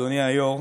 אדוני היו"ר,